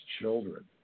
children